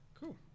cool